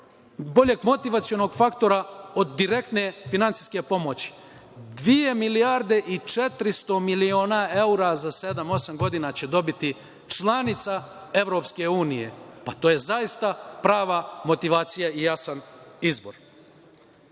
boljeg motivacionog faktora od direktne finansijske pomoći. Dve milijarde i 400 miliona evra za sedam, osam godina će dobiti članica EU, pa to je zaista prava motivacija i jasan izbor. Moram